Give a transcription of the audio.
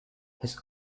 his